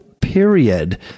period